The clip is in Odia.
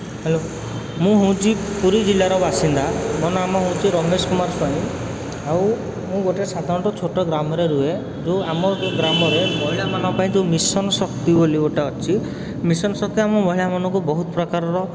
ହ୍ୟାଲୋ ମୁଁ ହେଉଛି ପୁରୀ ଜିଲ୍ଲାର ବାସିନ୍ଦା ମୋ ନାମ ହେଉଛି ରମେଶ କୁମାର ସ୍ୱାଇଁ ଆଉ ମୁଁ ଗୋଟେ ସାଧାରଣତଃ ଛୋଟ ଗ୍ରାମରେ ରୁହେ ଯେଉଁ ଆମ ଗ୍ରାମରେ ମହିଳାମାନଙ୍କ ପାଇଁ ଯେଉଁ ମିଶନ୍ ଶକ୍ତି ବୋଲି ଗୋଟେ ଅଛି ମିଶନ୍ ଶକ୍ତି ଆମ ମହିଳାମାନଙ୍କୁ ବହୁତ ପ୍ରକାରର